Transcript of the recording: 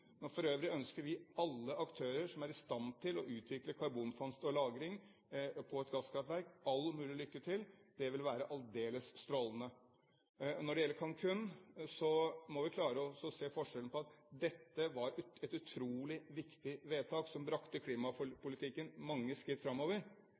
Men for øvrig ønsker vi alle aktører som er i stand til å utvikle karbonfangst og -lagring på et gasskraftverk, all mulig lykke til. Det vil være aldeles strålende. Når det gjelder Cancún, må vi klare å se forskjellen, at dette var et utrolig viktig vedtak som brakte